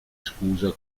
scusa